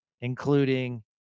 including